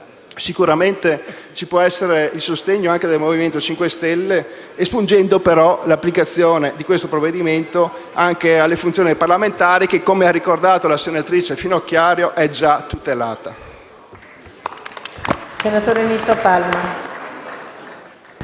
Sicuramente ci può essere il sostegno anche del Movimento 5 Stelle, espungendo, però, l'applicazione di questo provvedimento anche alla funzione dei parlamentari che, come ha ricordato la senatrice Finocchiaro, è già tutelata.